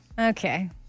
Okay